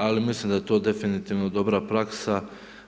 Ali, mislim da je to definitivno dobra praksa